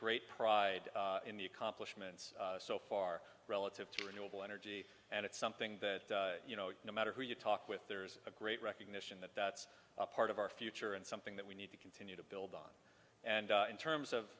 great pride in the accomplishments so far relative to renewable energy and it's something that you know no matter who you talk with there's a great recognition that that's a part of our future and something that we need to continue to build on and in terms of